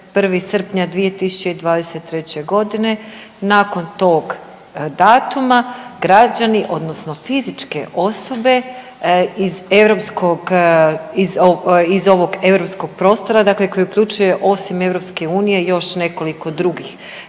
1. srpnja 2023. godine. Nakon tog datuma građani odnosno fizičke osobe iz europskog, iz ovog europskog prostora dakle koji uključuje osim EU još nekoliko drugih